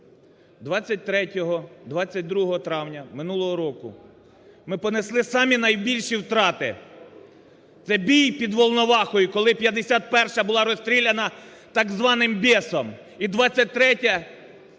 23… 22 травня минулого року ми понесли самі найбільші втрати – це бій під Волновахою, коли 51-а була розстріляна так званим "Бєсом", і 23-е,